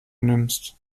nimmst